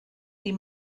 die